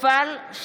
שטייניץ,